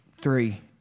three